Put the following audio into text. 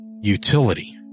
Utility